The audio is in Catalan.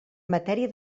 matèria